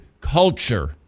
culture